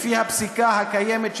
לפי הפסיקה הקיימת,